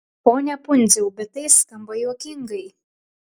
pone pundziau bet tai skamba juokingai